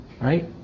Right